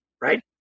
right